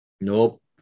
Nope